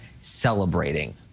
celebrating